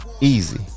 Easy